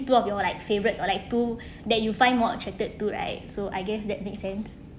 two of your like favourites or like to that you find more attracted to right so I guess that makes sense